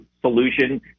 solution